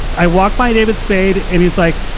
i walked by david spade, and he's, like,